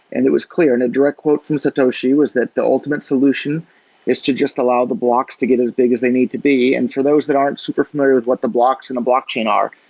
and it was clear, and a direct quote from satoshi was that the ultimate solution is to just allow the blocks to get as big as they need to be. and for those that aren't super familiar with what the blocks in a blockchain are,